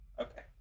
Okay